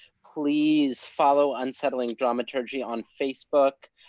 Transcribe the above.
please, follow unsettling dramaturgy on facebook.